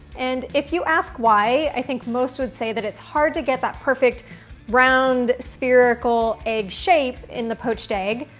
and if you ask why i think most would say that it's hard to get that perfect round spherical egg shape in the poached egg,